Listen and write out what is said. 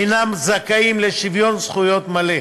אינם זכאים לשוויון זכויות מלא.